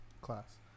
class